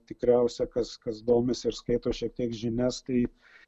tikriausia kas kas domisi ir skaito šiek tiek žinias tai